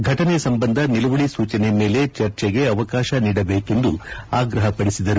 ಘಟನೆ ಸಂಬಂಧ ನಿಲುವಳಿ ಸೂಚನೆ ಮೇಲೆ ಚರ್ಚೆಗೆ ಅವಕಾಶ ನಿಡಬೇಕೆಂದು ಆಗ್ರಹಪಡಿಸಿದರು